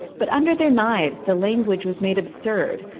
but under their knives, the language was made absurd,